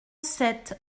sept